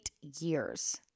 years